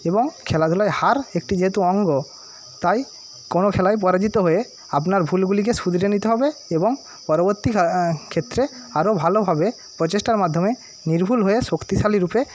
এবং খেলাধুলায় হার একটি যেহেতু অঙ্গ তাই কোনো খেলায় পরাজিত হয়ে আপনার ভুলগুলিকে শুধরে নিতে হবে এবং পরবর্তী ক্ষেত্রে আরও ভালোভাবে প্রচেষ্টার মাধ্যমে নির্ভুল হয়ে শক্তিশালীরূপে